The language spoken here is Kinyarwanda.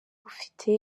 ufite